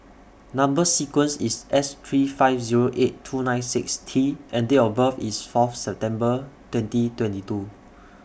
Number sequence IS S three five Zero eight two nine six T and Date of birth IS Fourth September twenty twenty two